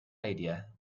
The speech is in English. idea